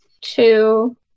two